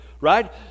Right